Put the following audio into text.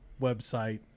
website